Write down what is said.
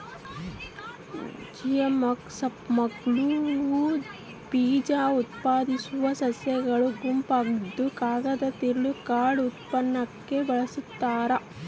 ಜಿಮ್ನೋಸ್ಪರ್ಮ್ಗಳು ಬೀಜಉತ್ಪಾದಿಸೋ ಸಸ್ಯಗಳ ಗುಂಪಾಗಿದ್ದುಕಾಗದದ ತಿರುಳು ಕಾರ್ಡ್ ಉತ್ಪನ್ನಕ್ಕೆ ಬಳಸ್ತಾರ